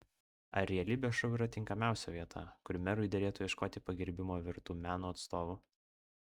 ar realybės šou yra tinkamiausia vieta kur merui derėtų ieškoti pagerbimo vertų meno atstovų